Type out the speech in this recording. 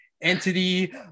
entity